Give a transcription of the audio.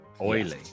Oily